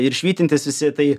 ir švytintys visi tai